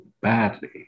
badly